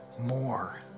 more